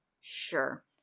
Sure